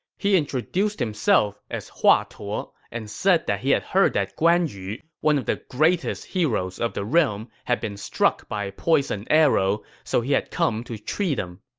he introduced himself as hua tuo and said that he had heard that guan yu, one of the greatest heroes of the realm, had been struck by a poisoned arrow, so he had come to treat him